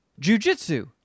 jujitsu